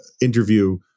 interview